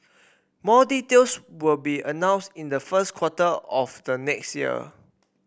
more details will be announce in the first quarter of the next year